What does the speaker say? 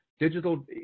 digital